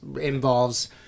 involves